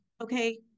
okay